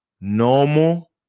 normal